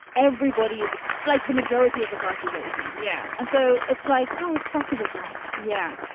everybody is like the majority of the cost is asian. yeah. and so it's like, oh, it's possible, guys yeah.